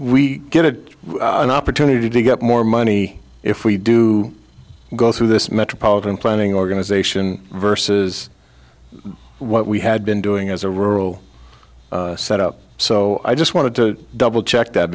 we get an opportunity to get more money if we do go through this metropolitan planning organization versus what we had been doing as a rural set up so i just wanted to double check that